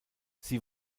sie